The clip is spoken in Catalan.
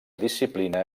disciplina